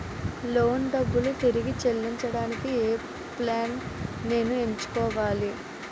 Loan డబ్బులు తిరిగి చెల్లించటానికి ఏ ప్లాన్ నేను ఎంచుకోవచ్చు?